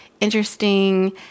interesting